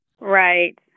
Right